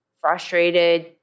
frustrated